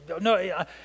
no